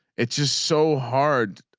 it's just so hard.